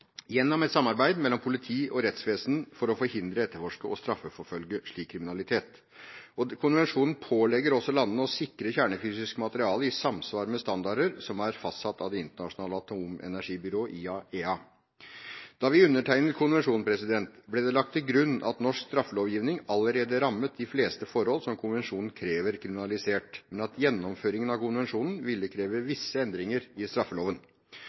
gjennom et samarbeid mellom politi og rettsvesen for å forhindre, etterforske og straffeforfølge slik kriminalitet. Konvensjonen pålegger også landene å sikre kjernefysisk materiale i samsvar med standarder som er fastsatt av Det internasjonale atomenergibyrået, IAEA. Da vi undertegnet konvensjonen, ble det lagt til grunn at norsk straffelovgivning allerede rammet de fleste forhold som konvensjonen krever kriminalisert, men at gjennomføringen av konvensjonen ville kreve visse endringer i straffeloven.